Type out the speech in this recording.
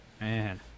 Man